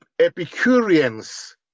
Epicureans